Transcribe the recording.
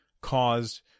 caused